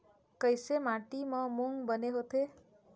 कइसे माटी म मूंग बने होथे?